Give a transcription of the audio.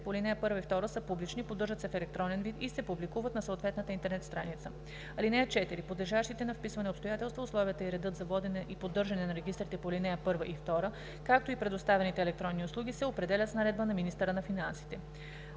по ал. 1 и 2 са публични, поддържат се в електронен вид и се публикуват на съответната интернет страница. (4) Подлежащите на вписване обстоятелства, условията и редът за водене и поддържане на регистрите по ал. 1 и 2, както и предоставяните електронни услуги, се определят с наредба на министъра на финансите.“